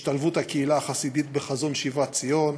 השתלבות הקהילה החסידית בחזון שיבת ציון,